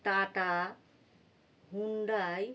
Tata Hyundai